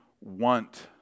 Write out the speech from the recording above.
want